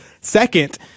Second